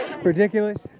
Ridiculous